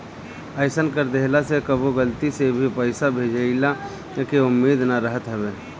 अइसन कर देहला से कबो गलती से भे पईसा भेजइला के उम्मीद ना रहत हवे